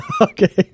Okay